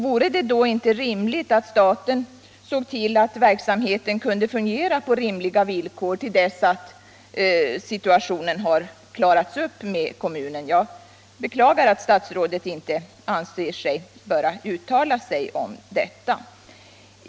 Vore det då inte rimligt att staten såg till att verksamheten kunde fungera på rimliga villkor till dess att situationen har klarats upp med kommunen? Jag beklagar att statsrådet inte anser sig böra uttala sig om detta.